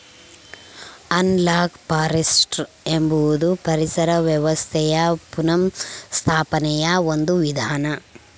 analogue forestry ಎಂಬುದು ಪರಿಸರ ವ್ಯವಸ್ಥೆಯ ಪುನಃಸ್ಥಾಪನೆಯ ಒಂದು ವಿಧಾನ